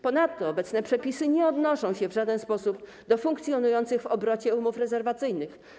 Ponadto obecne przepisy nie odnoszą się w żaden sposób do funkcjonujących w obrocie umów rezerwacyjnych.